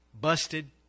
busted